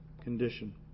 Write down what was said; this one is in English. condition